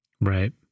Right